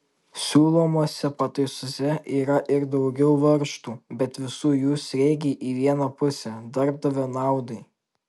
siūlomose pataisose yra ir daugiau varžtų bet visų jų sriegiai į vieną pusę darbdavio naudai